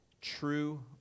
True